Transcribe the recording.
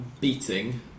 beating